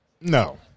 No